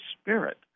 Spirit